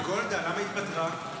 וגולדה, למה היא התפטרה?